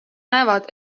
näevad